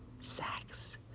sex